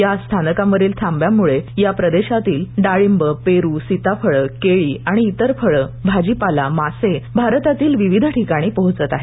या स्थानकांवरील थांब्यांमुळे या प्रदेशातील डाळींब पेरू सिताफळे केळी आणि इतर फळे भाजीपाला आणि मासे भारतातील विविध ठिकाणी पोहोचत आहेत